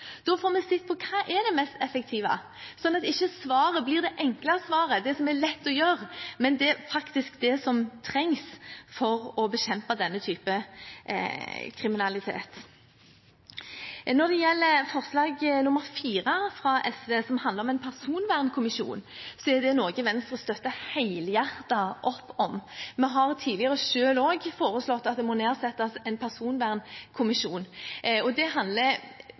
Da får vi sett på hva som er det mest effektive, slik at svaret ikke blir det enkle svaret, det som er lett å gjøre, men det som faktisk trengs for å bekjempe denne typen kriminalitet. Når det gjelder forslag nr. 4, fra SV, som handler om en personvernkommisjon, er det noe Venstre støtter helhjertet opp om. Vi har tidligere selv også foreslått at det må nedsettes en personvernkommisjon. Det handler